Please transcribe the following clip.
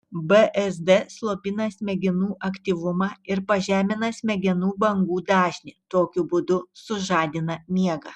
bzd slopina smegenų aktyvumą ir pažemina smegenų bangų dažnį tokiu būdu sužadina miegą